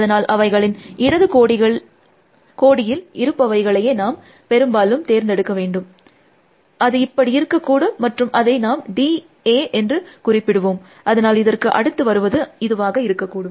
அதனால் அவைகளின் இடது கோடியில் இருப்பவைகளையே நாம் பெரும்பாலும் தேர்ந்தெடுக்க வேண்டும் அது இப்படி இருக்கக்கூடும் மற்றும் அதை நாம் DA என்று குறிப்பிடுவோம் இதனால் இதற்கு அடுத்து வருவது இதுவாக இருக்கக்கூடும்